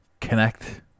connect